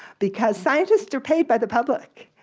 because scientists are paid by the public,